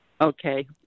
Okay